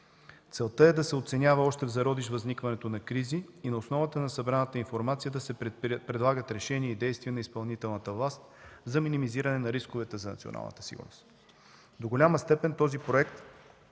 Целта е да се оценява още в зародиш възникването на кризи и на основата на събраната информация да се предлагат решения и действия на изпълнителната власт за минимизиране на рисковете за националната сигурност. До голяма степен този проект